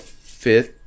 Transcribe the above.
fifth